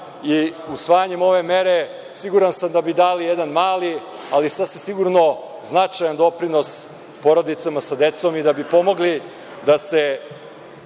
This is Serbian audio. i usvajanjem ove mere, siguran sam da bi dali jedan mali, ali sasvim sigurno značajan doprinos porodicama sa decom i da bi pomogli da se